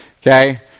Okay